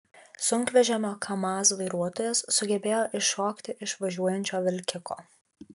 sunkvežimio kamaz vairuotojas sugebėjo iššokti iš važiuojančio vilkiko